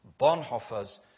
Bonhoeffer's